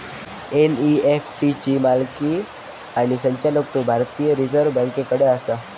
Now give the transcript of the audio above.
NEFT ची मालकी आणि संचालकत्व भारतीय रिझर्व बँकेकडे आसा